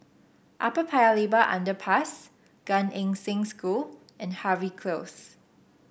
Upper Paya Lebar Underpass Gan Eng Seng School and Harvey Close